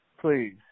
please